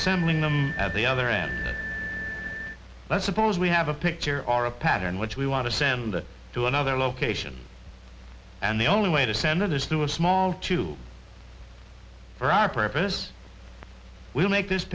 assembling them at the other end let's suppose we have a picture or a pattern which we want to send it to another location and the only way to send it is through a small tube for our purpose we'll make this